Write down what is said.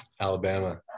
alabama